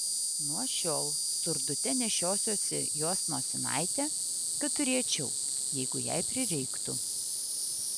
nuo šiol surdute nešiosiuosi jos nosinaitę kad turėčiau jeigu jai prireiktų